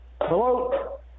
hello